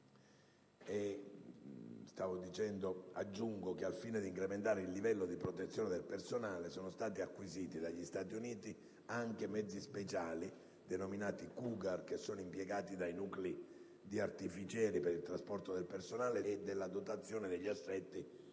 importante. Aggiungo che, al fine di incrementare il livello di protezione del personale, sono stati acquisiti dagli Stati Uniti anche mezzi speciali, denominati Cougar, impiegati dai nuclei degli artificieri per il trasporto del personale e muniti della dotazione degli assetti,